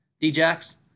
D-Jacks